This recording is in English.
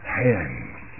hands